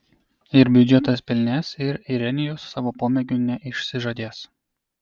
ir biudžetas pilnės ir irenijus savo pomėgių neišsižadės